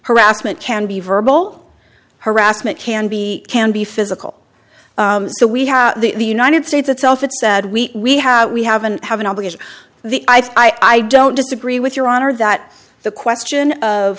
harassment can be verbal harassment can be can be physical so we have the united states itself that said we have we haven't have an obligation the i don't disagree with your honor that the question of